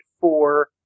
four